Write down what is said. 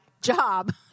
job